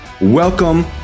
welcome